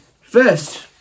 First